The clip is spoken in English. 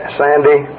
sandy